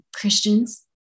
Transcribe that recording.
Christians